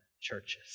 churches